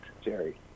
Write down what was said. Jerry